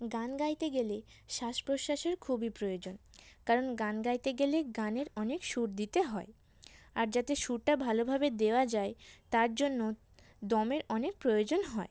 গান গাইতে গেলে শ্বাস প্রশ্বাসের খুবই প্রয়োজন কারণ গান গাইতে গেলে গানের অনেক সুর দিতে হয় আর যাতে সুরটা ভালোভাবে দেওয়া যায় তার জন্য দমের অনেক প্রয়োজন হয়